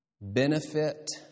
Benefit